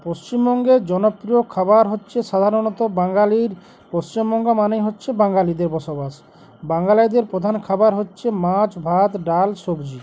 পশ্চিমবঙ্গের জনপ্রিয় খাবার হচ্ছে সাধারণত বাঙালির পশ্চিমবঙ্গ মানেই হচ্ছে বাঙালিদের বসবাস বাঙালিদের প্রধান খাবার হচ্ছে মাছ ভাত ডাল সবজি